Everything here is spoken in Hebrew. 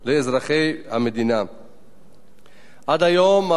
עד היום מערך הכבאות בישראל פעל במסגרת מוניציפלית